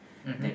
mmhmm